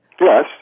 Yes